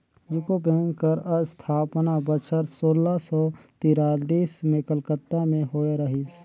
UCO bank कर असथापना बछर सोला सव तिरालिस में कलकत्ता में होए रहिस